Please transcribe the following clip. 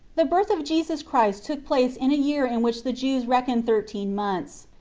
the birth of jesus christ took place in a year in which the jews reckon thirteen months.